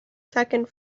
second